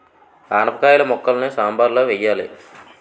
ఆనపకాయిల ముక్కలని సాంబారులో వెయ్యాలి